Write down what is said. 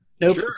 Nope